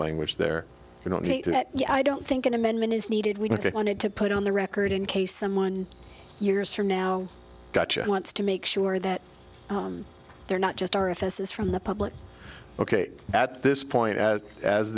language there you know i don't think an amendment is needed we wanted to put on the record in case someone years from now gotcha who wants to make sure that they're not just are if this is from the public ok at this point as